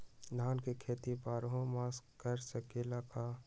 धान के खेती बारहों मास कर सकीले का?